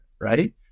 right